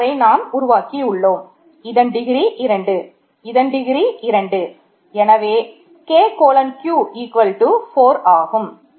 இந்த டவரை Q 4 ஆகும்